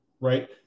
right